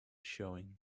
showing